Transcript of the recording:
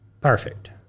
perfect